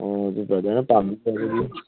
ꯑꯣ ꯑꯗꯨ ꯕ꯭ꯔꯗꯔꯅ ꯄꯥꯝꯕꯤꯇꯥꯔꯒꯗꯤ